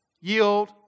Yield